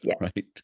right